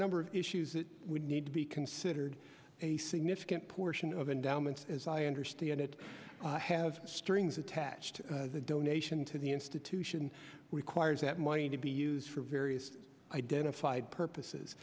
number of issues that need to be considered a significant portion of endowments as i understand it have strings attached a donation to the institution requires that money to be used for various identified purposes